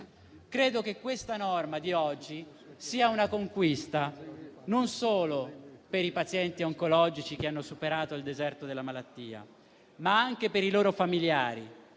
Credo che questa norma di oggi sia una conquista non solo per i pazienti oncologici che hanno superato il deserto della malattia, ma anche per i loro familiari